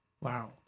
Wow